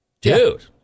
Dude